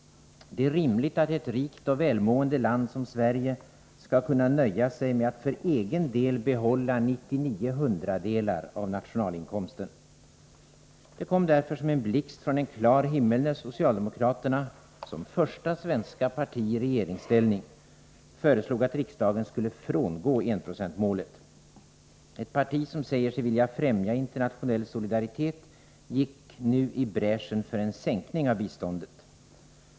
Det är rimligt att ett rikt och välmående land som Sverige skall kunna nöja sig med att för egen del behålla nittionio hundradelar av nationalinkomsten. Det kom därför som en blixt från klar himmel när socialdemokraterna som första svenska parti i regeringsställning föreslog att riksdagen skulle frångå enprocentsmålet. Ett parti som säger sig vilja främja internationell solidaritet gick nu i bräschen för en sänkning av biståndet.